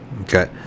okay